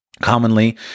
Commonly